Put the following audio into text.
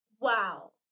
Wow